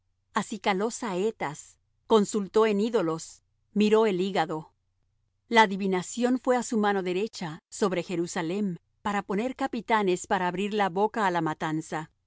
adivinación acicaló saetas consultó en ídolos miró el hígado la adivinación fué á su mano derecha sobre jerusalem para poner capitanes para abrir la boca á la matanza